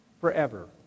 forever